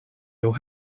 your